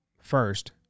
first